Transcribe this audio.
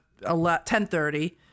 10.30